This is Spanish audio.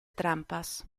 trampas